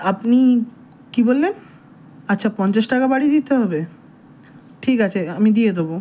আপনি কী বললেন আচ্ছা পঞ্চাশ টাকা বাড়িয়ে দিতে হবে ঠিক আছে আমি দিয়ে দেবো